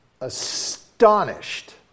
astonished